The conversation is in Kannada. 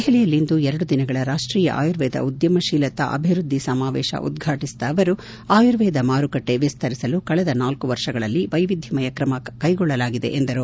ದೆಹಲಿಯಲ್ಲಿಂದು ಎರಡು ದಿನಗಳ ರಾಷ್ಟೀಯ ಆಯುರ್ವೇದ ಉದ್ಯಮಶೀಲತಾ ಅಭಿವೃದ್ಧಿ ಸಮಾವೇಶ ಉದ್ಘಾಟಿಸಿದ ಅವರು ಆಯುರ್ವೇದ ಮಾರುಕಟ್ಟೆ ವಿಸ್ತರಿಸಲು ಕಳೆದ ನಾಲ್ಕು ವರ್ಷಗಳಲ್ಲಿ ವೈವಿಧ್ಯಮಯ ತ್ರಮ ಕೈಗೊಳ್ಳಲಾಗಿದೆ ಎಂದರು